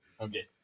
okay